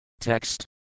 Text